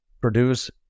produce